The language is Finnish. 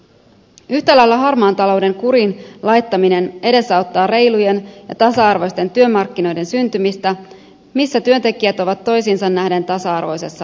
yhtä lailla harmaan talouden kuriin laittaminen edesauttaa reilujen ja tasa arvoisten työmarkkinoiden syntymistä missä työntekijät ovat toisiinsa nähden tasa arvoisessa asemassa